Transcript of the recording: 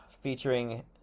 featuring